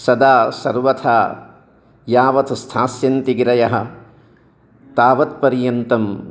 सदा सर्वथा यावत् स्थास्यन्ति गिरयः तावत्पर्यन्तं